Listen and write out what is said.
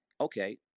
Okay